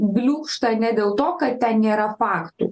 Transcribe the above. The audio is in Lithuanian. bliūkšta ne dėl to kad ten nėra faktų